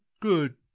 good